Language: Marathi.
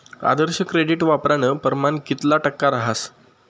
आदर्श क्रेडिट वापरानं परमाण कितला टक्का रहास